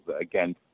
again